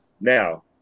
Now